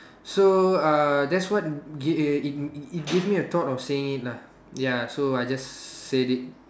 so uh that's what it it give me a thought of saying it lah ya so I just said it